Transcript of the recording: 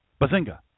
Bazinga